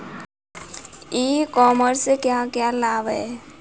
ई commerce से क्या क्या लाभ हैं?